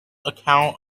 account